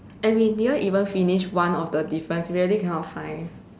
and we didn't even finish one of the difference really cannot find